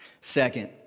Second